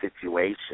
situation